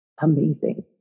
Amazing